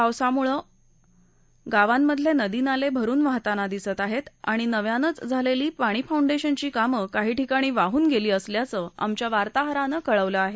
पावसामुळं या गावांमधले नदी नाले भरून वाहताना दिसत आहेत तर नव्यानच झालेली पाणी फाउंडेशनची कामं काही ठिकाणी वाहून गेली असल्याचं आमच्या वार्ताहरानं कळवलं आहे